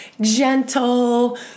gentle